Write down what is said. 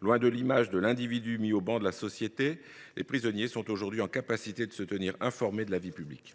Loin d’être un individu mis au ban de la société, les prisonniers sont aujourd’hui en mesure de se tenir informés de la vie publique.